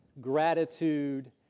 gratitude